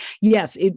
yes